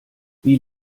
wie